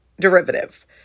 derivative